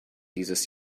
dieses